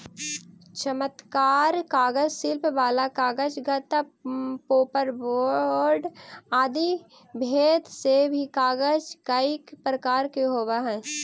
चमकदार कागज, शिल्प वाला कागज, गत्ता, पोपर बोर्ड आदि भेद से भी कागज कईक प्रकार के होवऽ हई